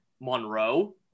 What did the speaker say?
monroe